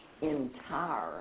entire